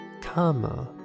karma